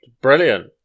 Brilliant